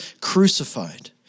crucified